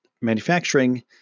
manufacturing